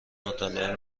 مطالعه